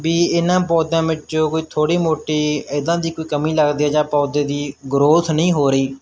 ਵੀ ਇਹਨਾਂ ਪੌਦਿਆਂ ਵਿੱਚੋਂ ਕੋਈ ਥੋੜ੍ਹੀ ਮੋਟੀ ਇੱਦਾਂ ਦੀ ਕੋਈ ਕਮੀ ਲੱਗਦੀ ਹੈ ਜਾਂ ਪੌਦੇ ਦੀ ਗਰੋਥ ਨਹੀਂ ਹੋ ਰਹੀ